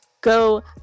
go